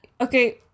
Okay